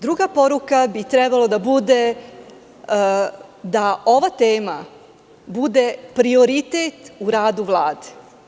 Druga poruka bi trebala da bude da ova tema bude prioritetu radu Vlade.